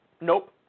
Nope